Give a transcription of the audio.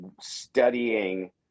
studying